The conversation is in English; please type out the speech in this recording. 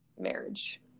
marriage